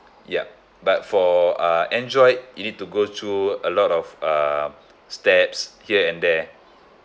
yup but for uh android you need to go through a lot of uh steps here and there